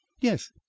Yes